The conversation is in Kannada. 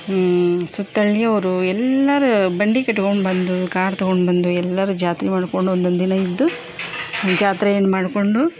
ಹ್ಞೂ ಸುತ್ತ ಹಳ್ಳಿಯವ್ರು ಎಲ್ಲರ ಬಂಡಿ ಕಟ್ಕೊಂಡು ಬಂದು ಕಾರ್ ತಗೊಂಡು ಬಂದು ಎಲ್ಲರೂ ಜಾತ್ರೆ ಮಾಡ್ಕೊಂಡು ಒಂದೊಂದು ದಿನ ಇದ್ದು ಜಾತ್ರೆಯನ್ನ ಮಾಡಿಕೊಂಡು